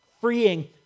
freeing